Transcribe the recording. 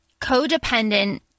codependent